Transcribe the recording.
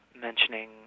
mentioning